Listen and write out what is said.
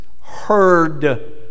heard